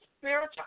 spiritual